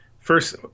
first